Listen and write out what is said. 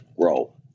grow